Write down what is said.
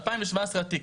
מ-2017 התיק.